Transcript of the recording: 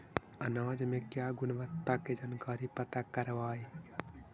अनाज मे क्या गुणवत्ता के जानकारी पता करबाय?